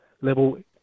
level